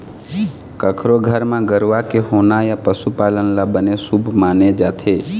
कखरो घर म गरूवा के होना या पशु पालन ल बने शुभ माने जाथे